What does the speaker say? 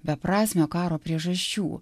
beprasmio karo priežasčių